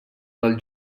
del